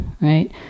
Right